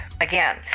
Again